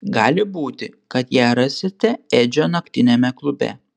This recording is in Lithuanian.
gali būti kad ją rasite edžio naktiniame klube